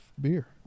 beer